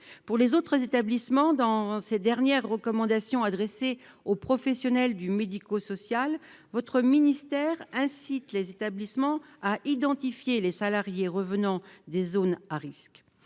des autres établissements, dans ses dernières recommandations adressées aux professionnels du secteur médico-social, votre ministère les incite à identifier les salariés revenant des zones à risque.